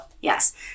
Yes